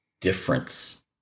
difference